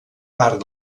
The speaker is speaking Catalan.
part